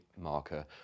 marker